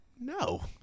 No